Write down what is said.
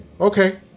okay